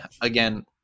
again